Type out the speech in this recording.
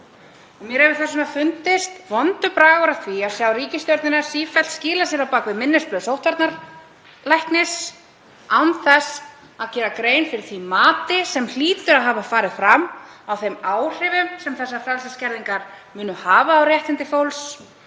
Mér hefur fundist vondur bragur á því að sjá að ríkisstjórnin er sífellt að skýla sér á bak við minnisblöð sóttvarnalæknis án þess að gera grein fyrir því mati sem hlýtur að hafa farið fram á þeim áhrifum sem þessar skerðingar munu hafa á réttindi fólks